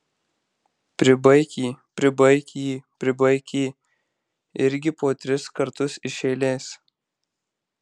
pribaik jį pribaik jį pribaik jį irgi po tris kartus iš eilės